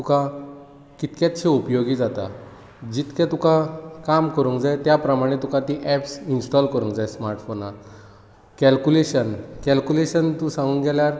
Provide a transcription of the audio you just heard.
तुका कितलेशेच उपयोगी जाता जितके तुका काम करूंक जाय त्या प्रमाणे तुका ऍप्स इंनस्टॉल करूंक जाय स्मार्टफोनान कॅलक्यूलेशन कॅलक्यूलेशन तूं सांगूक गेल्यार